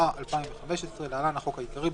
התשע"ה-2015 (להלן החוק העיקרי),